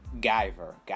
Giver